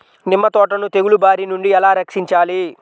నిమ్మ తోటను తెగులు బారి నుండి ఎలా రక్షించాలి?